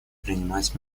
принимать